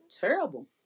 terrible